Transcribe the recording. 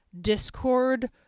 discord